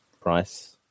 price